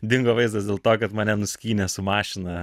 dingo vaizdas dėl to kad mane nuskynė su mašina